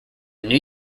new